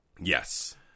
Yes